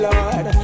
Lord